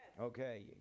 Okay